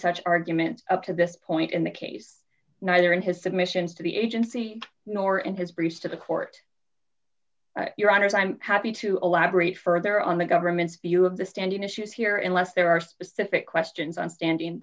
such argument up to this point in the case neither in his submissions to the agency nor in his briefs to the court your honors i'm happy to elaborate further on the government's view of the standing issues here unless there are specific questions on standing